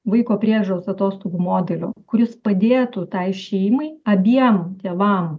vaiko priežiūros atostogų modelio kuris padėtų tai šeimai abiem tėvam